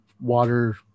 water